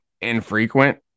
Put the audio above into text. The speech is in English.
infrequent